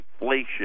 inflation